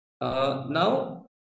Now